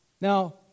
now